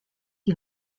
die